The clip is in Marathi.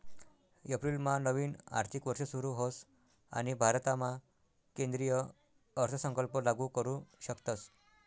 एप्रिलमा नवीन आर्थिक वर्ष सुरू होस आणि भारतामा केंद्रीय अर्थसंकल्प लागू करू शकतस